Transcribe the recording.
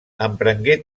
emprengué